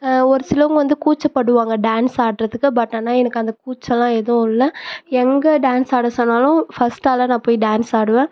ஒரு சிலவங்கள் வந்து கூச்சப்படுவாங்க டான்ஸ் ஆடுறதுக்கு பட் ஆனால் எனக்கு அந்த கூச்சமெல்லாம் எதுவும் இல்லை எங்கள் டான்ஸ் ஆட சொன்னாலும் ஃபஸ்ட் ஆளாக நான் போய் டான்ஸ் ஆடுவேன்